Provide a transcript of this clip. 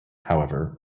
however